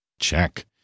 Check